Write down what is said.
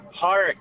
Park